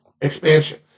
expansion